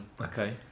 Okay